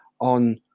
on